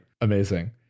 amazing